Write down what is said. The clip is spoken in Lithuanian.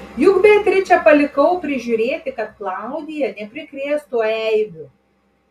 juk beatričę palikau prižiūrėti kad klaudija neprikrėstų eibių